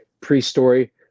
pre-story